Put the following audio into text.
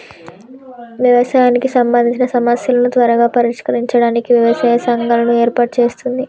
వ్యవసాయానికి సంబందిచిన సమస్యలను త్వరగా పరిష్కరించడానికి వ్యవసాయ సంఘాలను ఏర్పాటు చేస్తుంది